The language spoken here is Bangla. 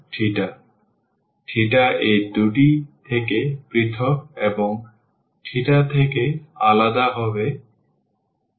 সুতরাং এই দুটি থেকে পৃথক এবং থেকে আলাদা হবে 2